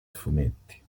fumetti